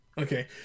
Okay